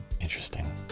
Interesting